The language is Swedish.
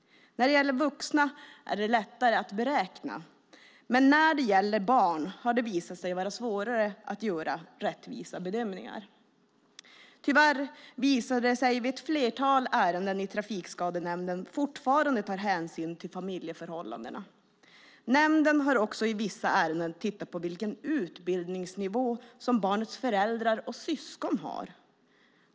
När det gäller vuxna är det lättare att beräkna, men när det gäller barn har det visat sig vara svårare att göra rättvisa bedömningar. Tyvärr visar det sig i ett flertal ärenden hos Trafikskadenämnden att nämnden fortfarande tar hänsyn till familjeförhållanden. Nämnden har också i vissa ärenden tittat på vilken utbildningsnivå som barnets föräldrar och syskon har.